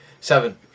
Seven